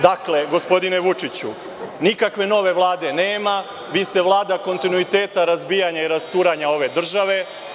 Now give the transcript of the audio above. Dakle, gospodine Vučiću, nikakve nove Vlade nema, vi ste Vlada kontinuiteta razbijanja i rasturanja ove države.